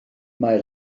mae